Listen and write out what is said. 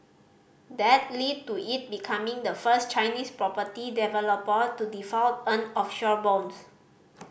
that lead to it becoming the first Chinese property developer to default on offshore bonds